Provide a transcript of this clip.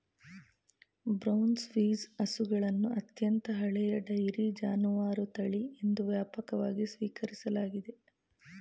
brown Swiss ಹಸುಗಳನ್ನು ಅತ್ಯಂತ ಹಳೆಯ ಡೈರಿ ಜಾನುವಾರು ತಳಿ ಎಂದು ವ್ಯಾಪಕವಾಗಿ ಸ್ವೀಕರಿಸಲಾಗಿದೆ